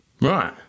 Right